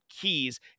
keys